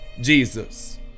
Jesus